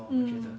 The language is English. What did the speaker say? mm